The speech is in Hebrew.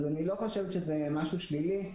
אז אני לא חושבת שזה משהו שלילי,